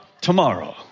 tomorrow